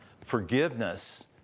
forgiveness